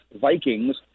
Vikings